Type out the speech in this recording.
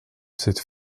cette